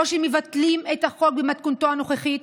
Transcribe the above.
או שמבטלים את החוק במתכונתו הנוכחית,